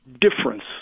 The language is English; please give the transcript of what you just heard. difference